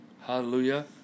Hallelujah